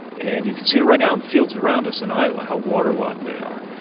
and you can see it right now in the fields around us in iowa, how waterlogged they are,